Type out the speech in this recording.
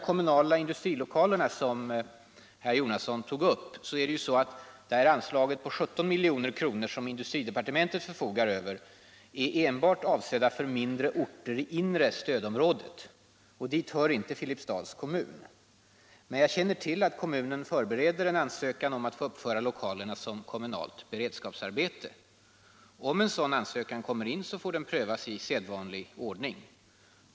Om en enhetlig prissättning på petroleumprodukter departementet förfogar över är avsett enbart för mindre orter i det inre stödområdet. Dit hör inte Filipstads kommun. Men jag känner till att kommunen har övervägt en ansökan om att få uppföra lokalerna som kommunalt beredskapsarbete. Om en sådan ansökan kommer in, får den prövas i sedvanlig ordning.